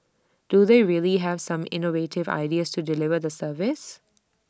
do they really have some innovative ideas to deliver the service